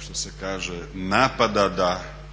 što se kaže napada da